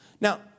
Now